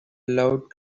loud